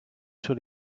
sur